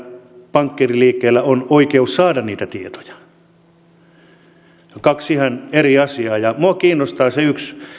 pankkiiriliikkeillä on oikeus saada niitä tietoja ne ovat kaksi ihan eri asiaa ja minua kiinnostaa se yksi